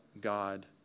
God